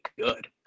good